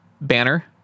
banner